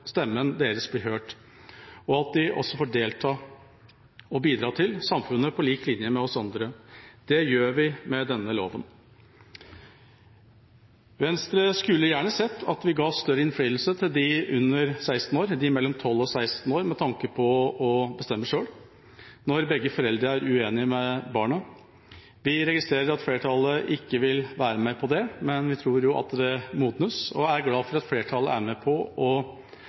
stemmen deres blir hørt, og for at de også får delta og bidra i samfunnet på lik linje med oss andre. Det gjør vi med denne loven. Venstre skulle gjerne sett at vi ga større innflytelse til dem mellom 12 og 16 år med tanke på å bestemme selv når begge foreldre er uenig med barnet. Vi registrerer at flertallet ikke vil være med på det, men vi tror at det vil modnes, og er glad for at flertallet er med på